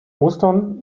ostern